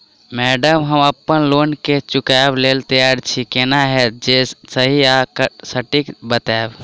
Madam हम अप्पन loan केँ चुकाबऽ लैल तैयार छी केना हएत जे सही आ सटिक बताइब?